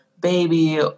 baby